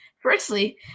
Firstly